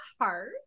heart